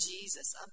Jesus